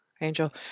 Angel